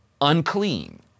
unclean